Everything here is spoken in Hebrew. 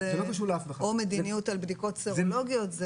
או מדיניות על בדיקות סרולוגיות.